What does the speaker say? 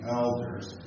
elders